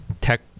tech